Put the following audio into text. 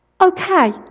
Okay